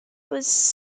was